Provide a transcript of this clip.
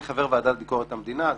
אני חבר ועדת ביקורת המדינה,